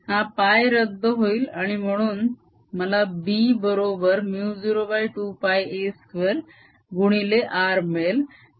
हा π रद्द होईल आणि म्हणून मला b बरोबर μ02πa2 गुणिले r मिळेल